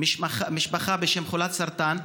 משפחה בשם חולת סרטן,